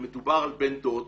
שמדובר על בן דוד,